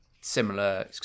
similar